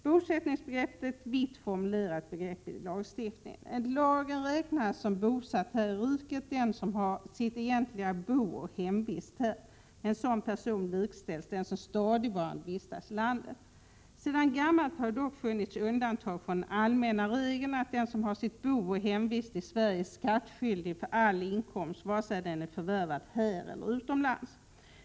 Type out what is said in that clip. Bosättningsbegreppet är ett vitt formulerat begrepp i lagstiftningen. Enligt lagen räknas som bosatt här i riket den som har ”sitt egentliga bo och hemvist” här. Med en sådan person likställs den som ”stadigvarande vistas” här. Sedan gammalt har det dock funnits undantag från den allmänna regeln att den som har sitt bo och hemvist i Sverige är skattskyldig för all inkomst vare sig den är förvärvad här eller utomlands.